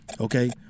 okay